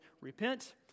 repent